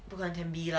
不可能 ten B lah